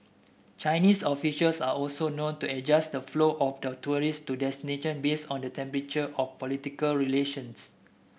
Chinese officials are also known to adjust the flow of tourists to destinations based on the temperature of political relations